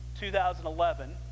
2011